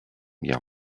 guerre